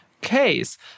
case